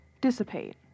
dissipate